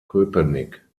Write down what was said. köpenick